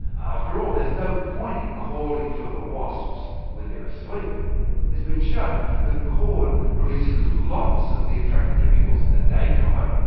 after all, there's no point in calling for the wasps when they're asleep. it has been shown that corn releases lots of the attractor chemicals in the daytime,